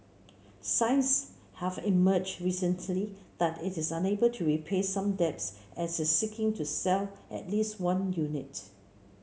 signs have emerged recently that it's unable to repay some debts and is seeking to sell at least one unit